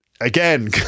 again